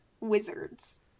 Wizards